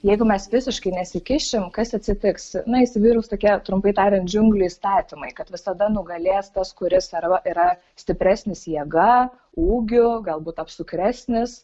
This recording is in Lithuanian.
jeigu mes visiškai nesikišim kas atsitiks na įsivyraus tokia trumpai tariant džiunglių įstatymai kad visada nugalės tas kuris arba yra stipresnis jėga ūgiu galbūt apsukresnis